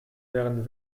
wären